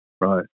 right